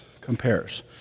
compares